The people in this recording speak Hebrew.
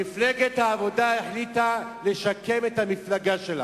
מפלגת העבודה החליטה לשקם את המפלגה.